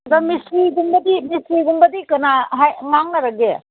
ꯑꯗ ꯃꯤꯁꯇ꯭ꯔꯤꯒꯨꯝꯕꯗꯤ ꯃꯤꯁꯇ꯭ꯔꯤꯒꯨꯝꯕꯗꯤ ꯀꯅꯥ ꯉꯥꯡꯅꯔꯒꯦ